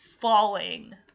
falling